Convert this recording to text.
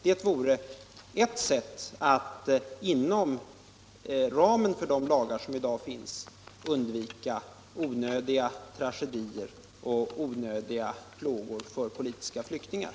Det vore ert sätt att inom ramen för de lagar som i dag finns undvika onödiga tragedier och onödigt lidande för politiska flyktingar.